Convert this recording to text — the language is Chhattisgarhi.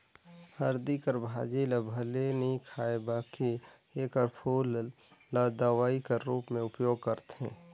हरदी कर भाजी ल भले नी खांए बकि एकर फूल ल दवई कर रूप में उपयोग करथे